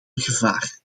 gevaar